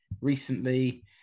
recently